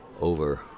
over